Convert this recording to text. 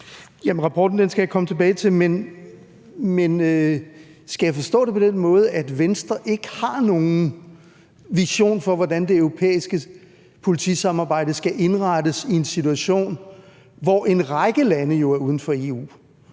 rapporten skal jeg komme tilbage til, men skal jeg forstå det på den måde, at Venstre ikke har nogen vision for, hvordan det europæiske politisamarbejde skal indrettes i en situation, hvor en række lande jo er uden for EU?